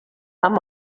amb